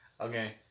Okay